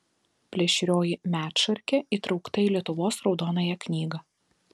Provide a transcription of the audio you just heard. plėšrioji medšarkė įtraukta į lietuvos raudonąją knygą